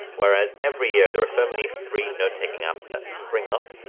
whereas every year there are so many free note taking apps that spring up.